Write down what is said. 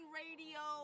radio